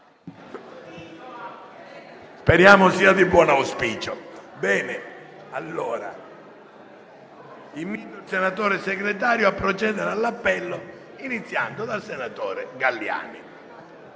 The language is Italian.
Speriamo sia di buon auspicio. Invito la senatrice Segretario a procedere all'appello, iniziando dal senatore Galliani.